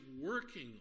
working